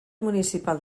municipal